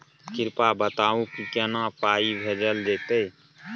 कृपया बताऊ की केना पाई भेजल जेतै?